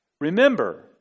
Remember